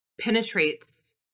penetrates